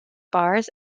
bars